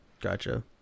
gotcha